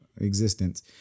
existence